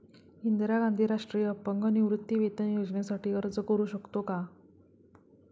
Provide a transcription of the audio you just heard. इंदिरा गांधी राष्ट्रीय अपंग निवृत्तीवेतन योजनेसाठी अर्ज करू शकतो का?